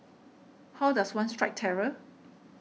how does one strike terror